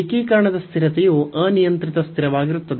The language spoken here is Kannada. ಏಕೀಕರಣದ ಸ್ಥಿರತೆಯು ಅನಿಯಂತ್ರಿತ ಸ್ಥಿರವಾಗಿರುತ್ತದೆ